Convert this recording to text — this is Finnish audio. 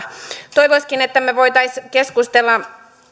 toivoisikin että me voisimme keskustella